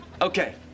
Okay